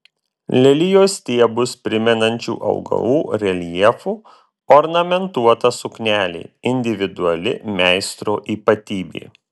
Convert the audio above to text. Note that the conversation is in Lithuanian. lelijos stiebus primenančių augalų reljefu ornamentuota suknelė individuali meistro ypatybė